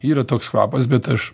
yra toks kvapas bet aš